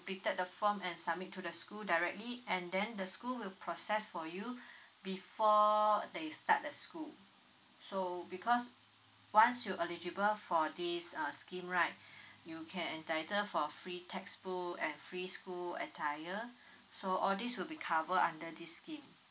pick up the form and submit to the school directly and then the school will process for you before they start the school so because once you eligible for this uh scheme right you can entitle for free textbook and free school attire so all these will be cover under this scheme